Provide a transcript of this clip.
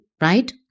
Right